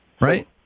Right